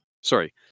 sorry